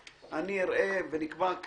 יחיא (הרשימה המשותפת): אני אומר את זה לפרוטוקול,